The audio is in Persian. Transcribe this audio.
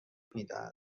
رهایی